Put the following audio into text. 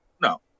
no